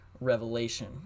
revelation